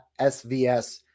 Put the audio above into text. SVS